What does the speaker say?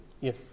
yes